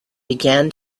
began